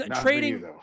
trading